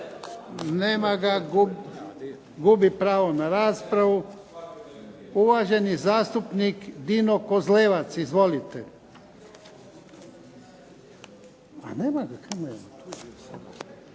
Nema ga. Gubi pravo na raspravu. Uvaženi zastupnik Dino Kozlevac. Izvolite.